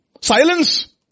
Silence